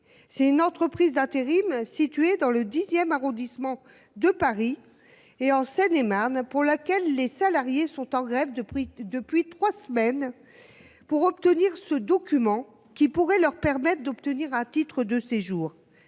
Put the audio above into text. RHTT, une entreprise d’intérim située dans le X arrondissement de Paris et en Seine et Marne. Ses salariés sont en grève depuis trois semaines pour avoir ce document qui pourrait leur permettre d’obtenir un titre de séjour.